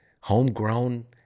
homegrown